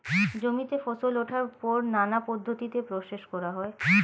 জমিতে ফসল ওঠার পর নানা পদ্ধতিতে প্রসেস করা হয়